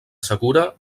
segura